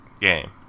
game